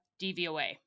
DVOA